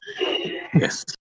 yes